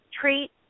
treat